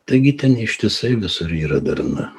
taigi ten ištisai visur yra darna